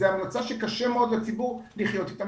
זו המלצה שקשה מאוד לציבור לחיות איתה,